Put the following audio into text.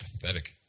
pathetic